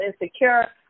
insecure